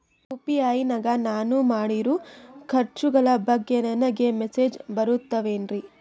UPI ನಾಗ ನಾನು ಮಾಡಿರೋ ಖರ್ಚುಗಳ ಬಗ್ಗೆ ನನಗೆ ಮೆಸೇಜ್ ಬರುತ್ತಾವೇನ್ರಿ?